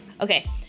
okay